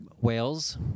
whales